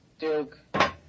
Duke